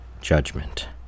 judgment